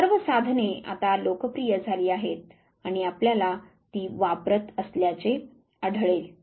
ही सर्व साधने आता लोकप्रिय झाली आहेत आणि आपल्याला ती वापरत असल्याचे आढळेल